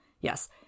Yes